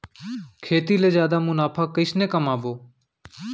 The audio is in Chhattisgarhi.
खेती ले जादा मुनाफा कइसने कमाबो?